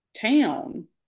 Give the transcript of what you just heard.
town